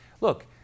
Look